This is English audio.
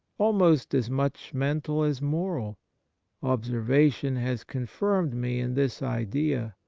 almost as much mental as moral observation has confirmed me in this idea,